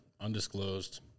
undisclosed